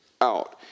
out